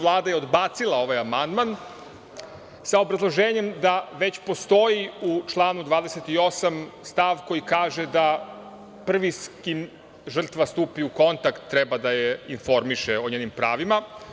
Vlada je odbacila ovaj amandman sa obrazloženjem da već postoji u članu 28. stav koji kaže da prvinski žrtva stupi u kontakt treba da je informiše o njenim pravima.